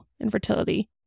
infertility